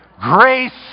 Grace